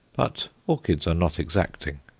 but orchids are not exacting.